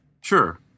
Sure